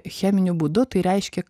cheminiu būdu tai reiškia